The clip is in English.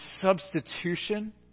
substitution